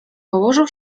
położył